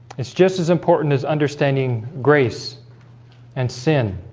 it's just as important as understanding grace and sin